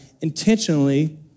intentionally